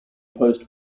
post